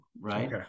right